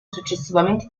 successivamente